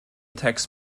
text